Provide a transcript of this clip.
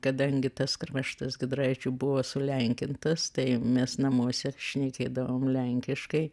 kadangi tas kraštas giedraičiu buvo sulenkintas tai mes namuose šnekėdavom lenkiškai